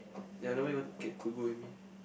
ya nobody want to can could go with me